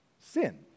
sin